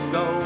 go